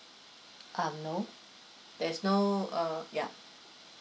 um no there's no uh ya